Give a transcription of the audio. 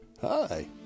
Hi